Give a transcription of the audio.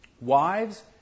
wives